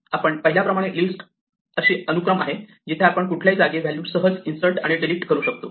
आपण पाहिल्याप्रमाणे लिस्ट अशी अनुक्रम आहे जिथे आपण कुठल्याही जागी व्हॅल्यू सहज इन्सर्ट आणि डिलीट करू शकतो